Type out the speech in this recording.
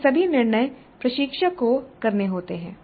ये सभी निर्णय प्रशिक्षक को करने होते हैं